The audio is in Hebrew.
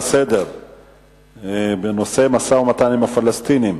לסדר-היום בנושא משא-ומתן עם הפלסטינים.